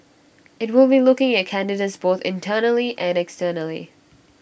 IT will be looking at candidates both internally and externally